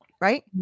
right